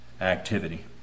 activity